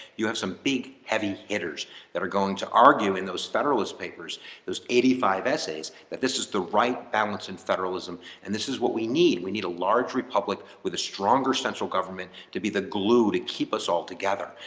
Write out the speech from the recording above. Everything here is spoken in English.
you have some big heavy hitters that are going to argue in those federalist papers those eighty five essays that this is the right balance in federalism. and this is what we need we need a large republic with a stronger central government to be the glue to keep us all together.